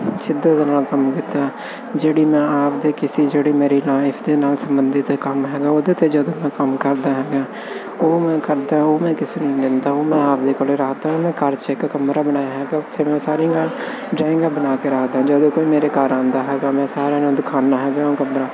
ਸ਼ਿੱਦਤ ਨਾਲ ਕੰਮ ਕੀਤਾ ਜਿਹੜੀ ਮੈਂ ਆਪਦੇ ਕਿਸੇ ਜਿਹੜੀ ਮੇਰੀ ਲਾਈਫ ਦੇ ਨਾਲ ਸੰਬੰਧਿਤ ਕੰਮ ਹੈਗਾ ਉਹਦੇ 'ਤੇ ਜਦੋਂ ਮੈਂ ਕੰਮ ਕਰਦਾ ਹੈਗਾ ਉਹ ਮੈਂ ਕਰਦਾ ਉਹ ਮੈਂ ਕਿਸੇ ਨੂੰ ਨਹੀਂ ਦਿੰਦਾ ਉਹ ਮੈਂ ਆਪਦੇ ਕੋਲ ਰਾਤ ਮੈਂ ਘਰ 'ਚ ਇੱਕ ਕਮਰਾ ਬਣਾਇਆ ਕਿ ਉੱਥੇ ਮੈਂ ਸਾਰੀਆਂ ਡਰਾਇੰਗਾਂ ਬਣਾ ਕੇ ਰੱਖਦਾ ਜਦੋਂ ਕੋਈ ਮੇਰੇ ਘਰ ਆਉਂਦਾ ਹੈਗਾ ਮੈਂ ਸਾਰਿਆਂ ਨੂੰ ਦਿਖਾਉਂਦਾ ਹੈਗਾ ਉਹ ਕਮਰਾ